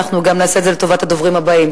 אנחנו גם נעשה את זה לטובת הדוברים הבאים.